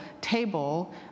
table